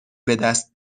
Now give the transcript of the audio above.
بدست